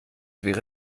wäre